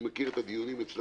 אני מכיר את הדיונים אצלך,